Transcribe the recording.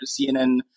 CNN